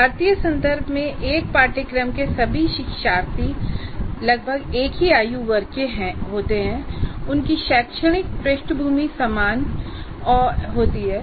भारतीय संदर्भ में एक पाठ्यक्रम के सभी शिक्षार्थी एक ही आयु वर्ग के हैं और उनकी शैक्षणिक पृष्ठभूमि समान है